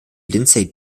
lindsay